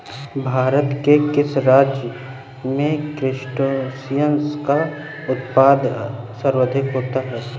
भारत के किस राज्य में क्रस्टेशियंस का उत्पादन सर्वाधिक होता है?